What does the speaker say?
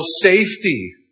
safety